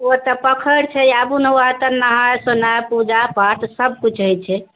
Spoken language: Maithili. ओतए पोखरि छै आबू ने एते नहाएब सोनाएब पूजा पाठ सब किछु होइत छै